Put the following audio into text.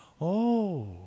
Oh